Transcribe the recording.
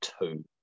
two